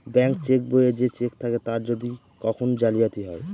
bank cheque বইয়ে যে cheque থাকে তার যদি কখন জালিয়াতি হয়